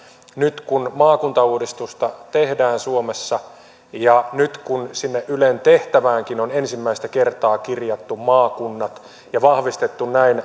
nyt kun maakuntauudistusta tehdään suomessa ja nyt kun sinne ylen tehtäväänkin on ensimmäistä kertaa kirjattu maakunnat ja näin